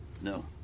No